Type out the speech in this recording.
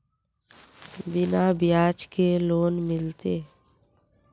बिना ब्याज के लोन मिलते?